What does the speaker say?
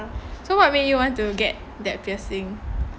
so what made you want to get that piercing